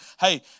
hey